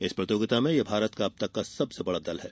इस प्रतियोगिता में यह भारत का अब तक का सबसे बड़ा दल है